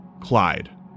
Clyde